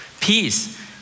Peace